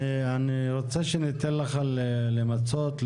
אני רוצה שניתן לך למצות,